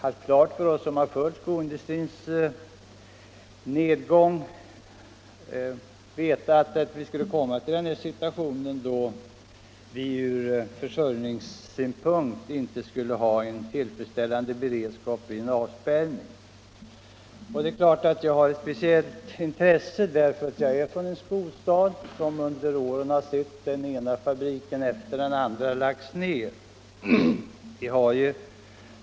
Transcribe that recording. Alla vi som följt skoindustrins nedgång har väl vetat att vi skulle komma i den situationen att vi från försörjningssynpunkt inte skulle ha tillfredsställande beredskap vid en avspärrning. Det är klart att jag har ett speciellt intresse för detta då jag är från en skostad, som under åren sett den ena fabriken efter den andra läggas ned.